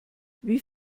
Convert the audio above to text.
wie